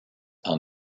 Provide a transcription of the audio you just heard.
are